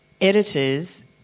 editors